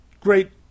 great